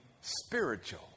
spiritual